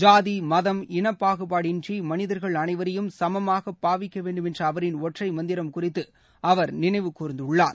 சாதி மதம் இன பாகுபாடின்றி மனிதர்கள் அனைவரையும் சமமாக பாவிக்க வேண்டும் என்ற அவரின் ஒற்றை மந்திரம் குறித்து அவர் நினைவுக் கூர்ந்துள்ளார்